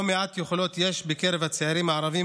לא מעט יכולות יש בקרב הצעירים הערבים,